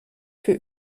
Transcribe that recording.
für